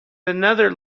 another